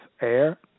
air